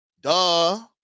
Duh